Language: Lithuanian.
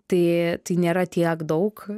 tai tai nėra tiek daug